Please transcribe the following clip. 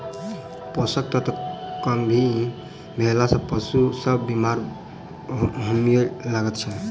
पोषण तत्वक कमी भेला सॅ पशु सभ बीमार होमय लागैत छै